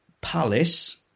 Palace